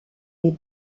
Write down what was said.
les